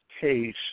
case